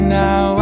now